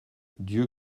dieu